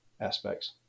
aspects